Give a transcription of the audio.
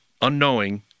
unknowing